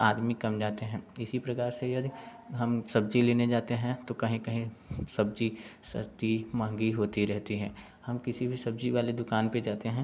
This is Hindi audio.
आदमी कम जाते हैं इसी प्रकार से यदि हम सब्जी लेने जाते हैं तो कहीं कहीं सब्जी सस्ती महंगी होती रहती है हम किसी भी सब्जी वाले दुकान पे जाते हैं